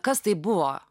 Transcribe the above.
kas tai buvo